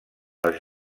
les